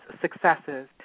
successes